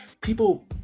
People